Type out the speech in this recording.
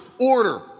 order